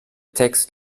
text